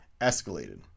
escalated